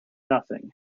nothing